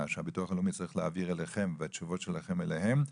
שהביטוח לאומי צריך להעביר אליכם והתשובות שלכם אליהם,